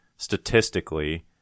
statistically